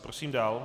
Prosím dál.